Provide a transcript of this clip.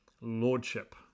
lordship